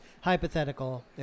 hypothetical